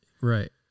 right